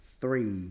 three